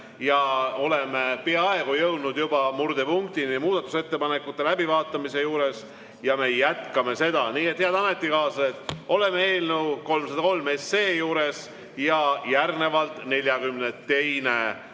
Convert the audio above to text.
Oleme peaaegu jõudnud juba murdepunktini muudatusettepanekute läbivaatamisel ja me jätkame seda. Nii et, head ametikaaslased, oleme eelnõu 303 juures. Järgnevalt 42.